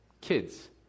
Kids